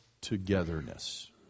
togetherness